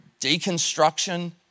deconstruction